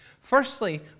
Firstly